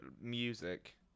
music